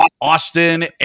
Austin